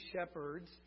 shepherds